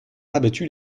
rabattu